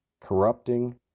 corrupting